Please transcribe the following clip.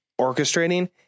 orchestrating